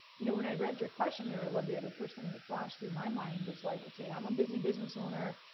you know when i read your question there, olivia, the first thing that flashed through my mind, is like, okay, i'm a busy business owner,